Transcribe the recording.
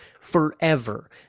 forever